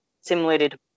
simulated